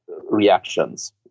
reactions